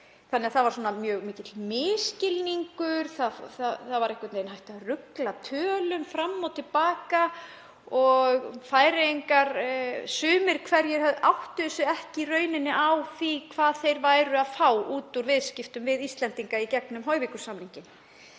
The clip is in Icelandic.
á milli. Það var mjög mikill misskilningur, það var einhver veginn hægt að rugla tölum fram og til baka og Færeyingar, sumir hverjir, áttuðu sig í raun ekki á því hvað þeir væru að fá út úr viðskiptum við Íslendinga í gegnum Hoyvíkur-samninginn.